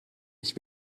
nicht